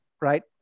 right